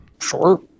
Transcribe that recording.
Sure